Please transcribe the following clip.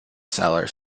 cellar